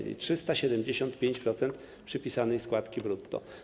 Chodzi o 375% przypisanej składki brutto.